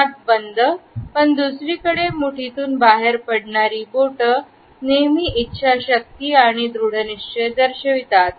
हात बंद पण दुसरीकडे मुठीतून बाहेर पडणारी बोट नेहमी इच्छाशक्ती आणि दृढनिश्चय दर्शवितात